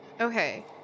Okay